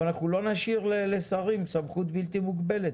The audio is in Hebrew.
אבל אנחנו לא נשאיר לשרים סמכות בלתי מוגבלת.